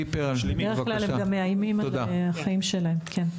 בדרך כלל הם גם מאיימים על החיים שלהם כן.